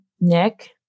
Nick